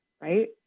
right